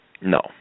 No